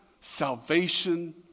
salvation